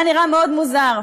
היה נראה מאוד מוזר.